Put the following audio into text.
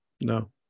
no